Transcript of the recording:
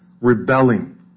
rebelling